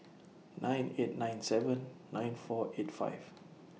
nine eight nine seven nine four eight five